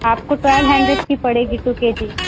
آپ کو twelve hundred کی پڑے گی ٹو کے جی